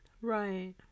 Right